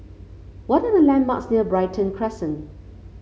what are the landmarks near Brighton Crescent